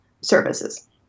services